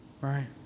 right